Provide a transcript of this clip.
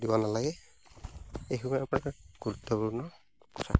থাকিব নালাগে এইখিনিয়ে আপোনাৰ গুৰুত্বপূৰ্ণ কথা